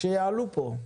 שיעלו פה.